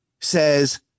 says